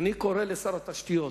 אני קורא לשר התשתיות